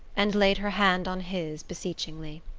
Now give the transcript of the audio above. and laid her hand on his beseechingly.